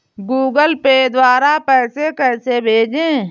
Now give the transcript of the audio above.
Google Pay द्वारा पैसे कैसे भेजें?